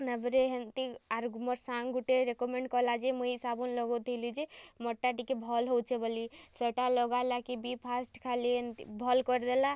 ତାପରେ ହେନ୍ତି ଆରୁ ମୋର୍ ସାଙ୍ଗ୍ ଗୁଟେ ରେକମେଣ୍ଡ୍ କଲା ଯେ ମୁଇଁ ଇ ସାବୁନ୍ ଲଗଉଥିଲି ଯେ ମର୍ଟା ଟିକେ ଭଲ୍ ହଉଛେ ବୋଲି ସେଟା ଲଗାଲାକେ ବି ଫାଷ୍ଟ୍ ଖାଲି ଏନ୍ତି ଭଲ୍ କରିଦେଲା